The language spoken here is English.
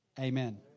Amen